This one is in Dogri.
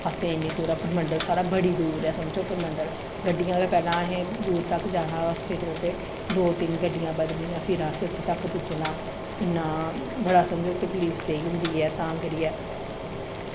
असें इन्नी दूरां परमंडल साढ़ा बड़ी दूर ऐ समझो परमंडल गड्डियां गै पैह्लें असें दूर तक जाना होऐ हास्पिटल ते दो तिन्न गड्डियां बदलनियां फिर असें उत्थें तक पुज्जना इन्ना बड़ा समझो तकलीफ सेही होंदी ऐ ते तां करियै